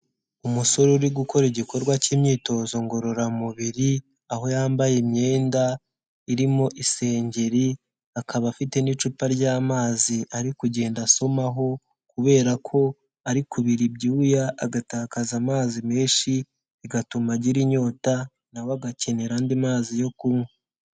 Umusore uri gukora igikorwa cy'imyitozo ngororamubiri, aho yambaye imyenda irimo isengeri, akaba afite n'icupa ry'amazi ari kugenda asomaho, kubera ko ari kubira ibyuya agatakaza amazi menshi bigatuma agira inyota, nawe agakenera andi mazi yo kunywa.